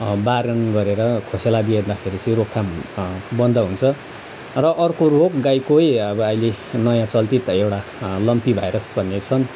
बारन गरेर खोसेला दिँदाखेरि चाहिँ रोकथाम बन्द हुन्छ र अर्को रोग गाईकै अब अहिले नयाँ चल्ती त एउटा लम्पी भाइरस भन्ने छन्